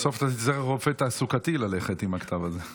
בסוף אתה תצטרך ללכת לרופא תעסוקתי עם הכתב הזה.